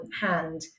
hand